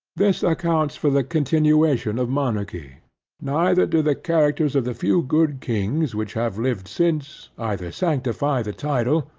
this accounts for the continuation of monarchy neither do the characters of the few good kings which have lived since, either sanctify the title,